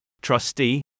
trustee